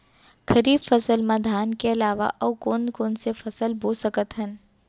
खरीफ फसल मा धान के अलावा अऊ कोन कोन से फसल बो सकत हन?